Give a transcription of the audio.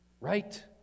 Right